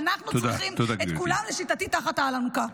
אנחנו צריכים את כולם תחת האלונקה.